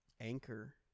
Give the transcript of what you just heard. Anchor